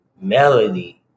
Melody